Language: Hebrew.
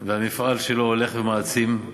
והמפעל שלו הולך ומעצים.